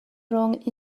rhwng